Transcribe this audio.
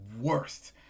worst